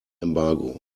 embargo